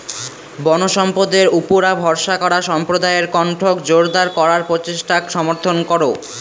বনসম্পদের উপুরা ভরসা করা সম্প্রদায়ের কণ্ঠক জোরদার করার প্রচেষ্টাক সমর্থন করো